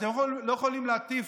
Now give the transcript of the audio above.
אתם לא יכולים להטיף,